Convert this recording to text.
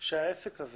שלעסק הזה